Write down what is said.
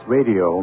Radio